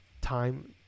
time